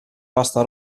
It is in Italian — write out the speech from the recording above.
pasta